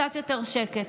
קצת יותר שקט.